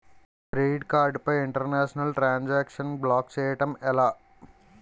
Credit card పై international transaction block చేయటం ఎలా?